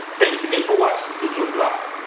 thanks again for watching digital block.